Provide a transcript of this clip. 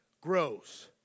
grows